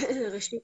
לשר האוצר,